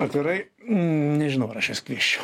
atvirai nežinau ar aš juos kviesčiau